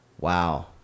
Wow